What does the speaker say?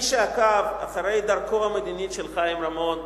מי שעקב אחרי דרכו המדינית של חיים רמון,